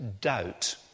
doubt